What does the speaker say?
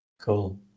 Cool